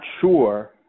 sure